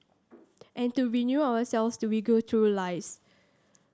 and to renew ourselves to we go through lives